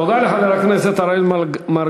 תודה לחבר הכנסת אראל מרגלית.